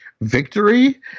victory